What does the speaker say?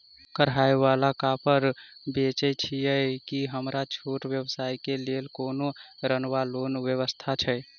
कढ़ाई वला कापड़ बेचै छीयै की हमरा छोट व्यवसाय केँ लेल कोनो ऋण वा लोन व्यवस्था छै?